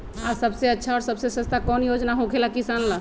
आ सबसे अच्छा और सबसे सस्ता कौन योजना होखेला किसान ला?